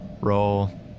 Roll